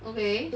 okay